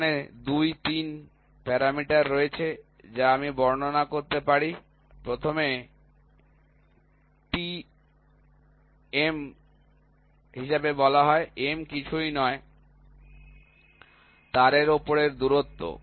এখানে ২ ৩ প্যারামিটার রয়েছে যা আমি বর্ণনা করতে পারি প্রথম টি M হিসাবে বলা হয় M কিছুই নয় তারের ওপরের দূরত্ব